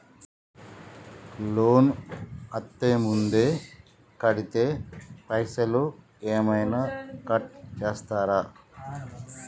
Loan అత్తే ముందే కడితే పైసలు ఏమైనా కట్ చేస్తరా?